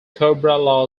cobra